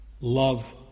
love